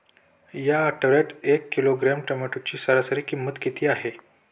या आठवड्यात एक किलोग्रॅम टोमॅटोची सरासरी किंमत किती आहे?